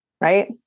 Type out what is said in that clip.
Right